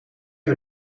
een